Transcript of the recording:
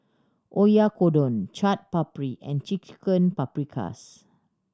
Oyakodon Chaat Papri and Chicken Paprikas